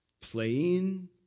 playing